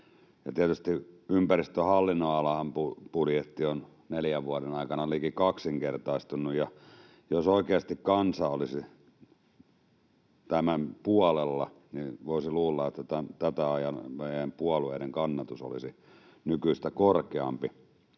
tietysti ympäristöhallinnonalan budjetti on neljän vuoden aikana liki kaksinkertaistunut, ja jos oikeasti kansa olisi tämän puolella, niin voisi luulla, että tätä ajaneiden puolueiden kannatus olisi nykyistä korkeampi.